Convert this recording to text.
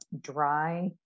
dry